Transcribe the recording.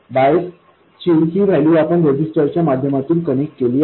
बायसची ही व्हॅल्यू आपण रेजिस्टरच्या माध्यमातून कनेक्ट केली आहे